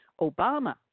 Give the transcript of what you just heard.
Obama